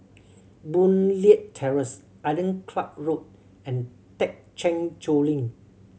Boon Leat Terrace Island Club Road and Thekchen Choling